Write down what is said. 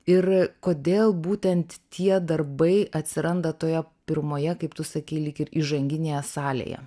ir kodėl būtent tie darbai atsiranda toje pirmoje kaip tu sakei lyg ir įžanginėje salėje